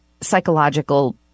psychological